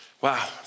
wow